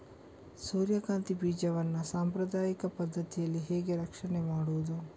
ಸೂರ್ಯಕಾಂತಿ ಬೀಜವನ್ನ ಸಾಂಪ್ರದಾಯಿಕ ಪದ್ಧತಿಯಲ್ಲಿ ಹೇಗೆ ರಕ್ಷಣೆ ಮಾಡುವುದು